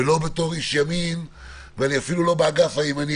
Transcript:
ולא כאיש ימין ואני אפילו לא באגף הימני,